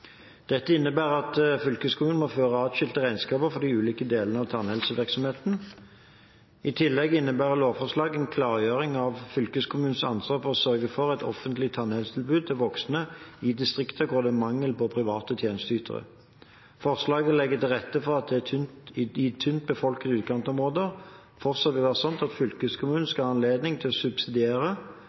Dette innebærer at fylkeskommunene må føre atskilte regnskaper for de ulike delene av tannhelsevirksomheten. I tillegg innebærer lovforslagene en klargjøring av fylkeskommunens ansvar for å sørge for et offentlig tannhelsetilbud til voksne i distrikter hvor det er mangel på private tjenesteytere. Forslagene legger til rette for at det i tynt befolkede utkantområder fortsatt vil være slik at fylkeskommunen skal ha anledning til å subsidiere